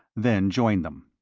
then joined them.